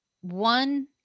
one